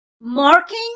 marking